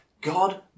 God